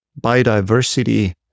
biodiversity